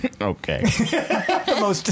Okay